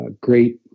great